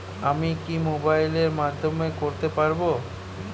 আমি কি মোবাইলের মাধ্যমে করতে পারব?